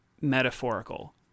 metaphorical